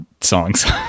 songs